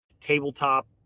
tabletop